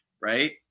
right